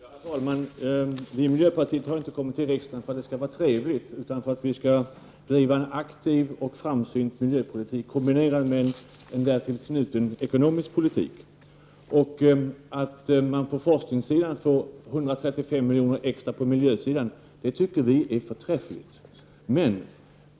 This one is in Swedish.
Herr talman! Vi i miljöpartiet har ju inte kommit till riksdagen för att det är trevligt, utan för att vi skall driva en aktiv och framsynt miljöpolitik kombinerad med en därtill knuten ekonomisk politik. Vi tycker att det är förträffligt att man inom forskningen får 135 milj.kr. extra på miljösidan. Men